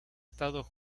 estado